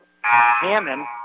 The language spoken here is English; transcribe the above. Hammond